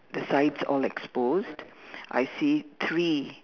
the sides all exposed I see three